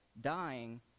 dying